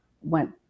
went